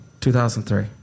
2003